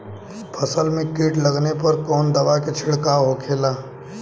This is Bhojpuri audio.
फसल में कीट लगने पर कौन दवा के छिड़काव होखेला?